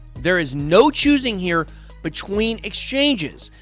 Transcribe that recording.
there is no choosing here between exchanges.